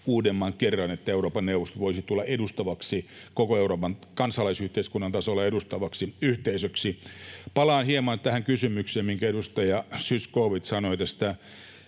uudemman kerran, että Euroopan neuvosto voisi tulla koko Eurooppaa kansalaisyhteiskunnan tasolla edustavaksi yhteisöksi. Palaan hieman tähän kysymykseen, minkä edustaja Zyskowicz sanoi tästä